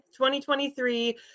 2023